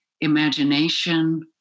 imagination